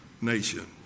nation